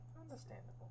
Understandable